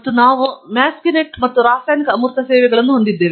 ಮತ್ತು ನಾವು ಮ್ಯಾಸ್ಸ್ಕಿನೆಟ್ ಮತ್ತು ರಾಸಾಯನಿಕ ಅಮೂರ್ತ ಸೇವೆಗಳನ್ನು ಹೊಂದಿದ್ದೇವೆ